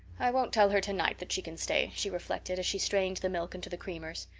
i won't tell her tonight that she can stay, she reflected, as she strained the milk into the creamers.